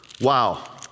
Wow